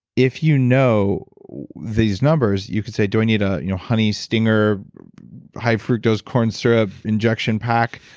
if you know these numbers, you can say, do i need a you know honey stinger high fructose corn syrup injection pack,